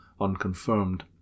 unconfirmed